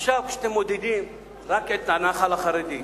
עכשיו, כשאתם מודדים רק את הנח"ל החרדי,